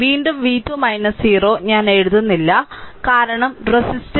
വീണ്ടും v2 0 ഞാൻ എഴുതുന്നില്ല കാരണം റെസിസ്റ്റൻസ് 0